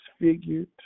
disfigured